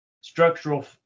structural